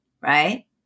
right